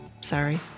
Sorry